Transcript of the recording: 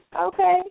Okay